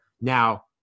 Now